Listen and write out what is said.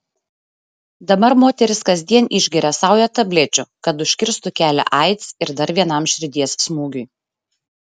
dabar moteris kasdien išgeria saują tablečių kad užkirstų kelią aids ir dar vienam širdies smūgiui